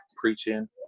preaching